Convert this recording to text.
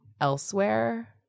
elsewhere